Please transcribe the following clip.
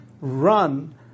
run